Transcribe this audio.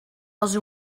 els